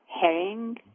herring